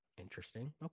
interesting